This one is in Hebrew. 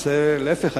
להיפך,